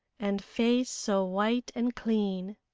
and face so white and clean.